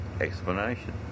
explanation